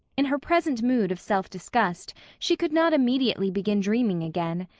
in her present mood of self-disgust, she could not immediately begin dreaming again.